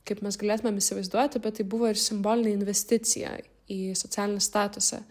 kaip mes galėtumėm įsivaizduoti bet tai buvo ir simbolinė investicija į socialinį statusą